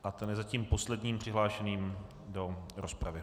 A ten je zatím posledním přihlášený do rozpravy.